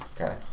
Okay